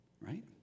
right